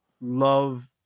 love